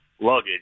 luggage